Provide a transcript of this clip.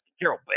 Carol